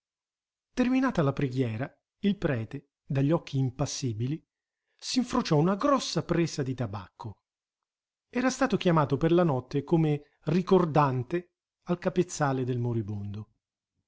terminata la preghiera il prete dagli occhi impassibili s'infrociò una grossa presa di tabacco era stato chiamato per la notte come ricordante al capezzale del moribondo